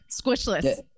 squishless